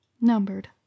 numbered